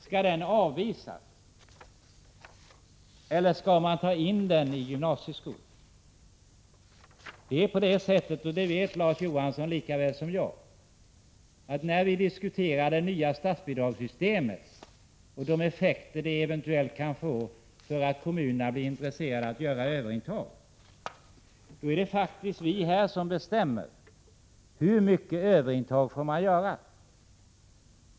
Skall den här personen avvisas eller skall personen i fråga få börja i gymnasieskolan? Vi har ju diskuterat det nya statsbidragssystemet och de effekter som detta kan få när det gäller kommunernas intresse för överintag. Larz Johansson vet lika väl som jag att det ju faktiskt är vi här i riksdagen som bestämmer i vilken utsträckning överintag får göras.